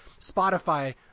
Spotify